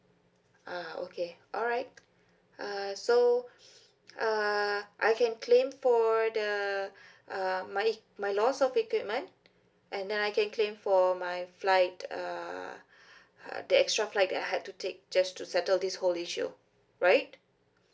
uh okay alright uh so uh I can claim for the uh my my loss of equipment and then I can claim for my flight uh the extra flight that I had to take just to settle this whole issue right